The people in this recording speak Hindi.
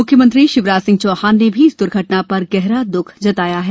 मुख्यमंत्री शिवराज सिंह चौहान ने भी इस दुर्घटना पर गहरा दुःख प्रकट किया है